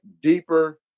deeper